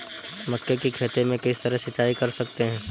मक्के की खेती में किस तरह सिंचाई कर सकते हैं?